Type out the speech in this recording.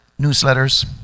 newsletters